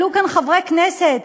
עלו כאן חברי כנסת,